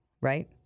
right